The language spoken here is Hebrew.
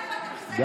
טלפונים במליאה.